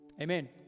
Amen